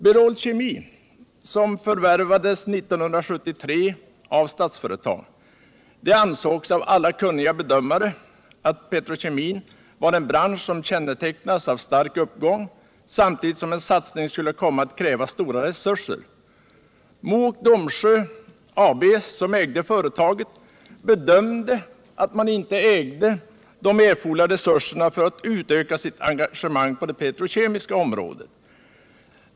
Berol Kemi förvärvades 1973 av Statsföretag. Det ansågs av alla kunniga bedömare att petrokemin var en bransch som kännetecknades av stark uppgång samtidigt som en satsning skulle komma att kräva stora resurser. Mo och Domsjö AB, som ägde företaget, bedömde att man inte ägde de erforderliga resurserna för att utöka sitt engagemang på det petrokemiska området.